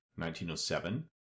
1907